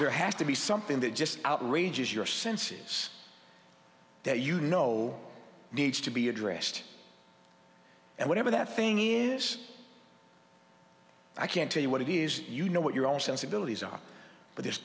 there has to be something that just outrages your senses that you know needs to be addressed and whatever that thing is i can't tell you what it is you know what your own sensibilities are but there's